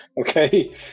okay